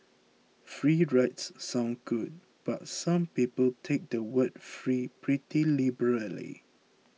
free rides sound good but some people take the word free pretty liberally